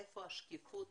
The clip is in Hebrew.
איפה השקיפות,